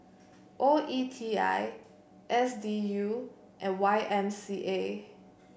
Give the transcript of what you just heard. O E T I S D U and Y M C A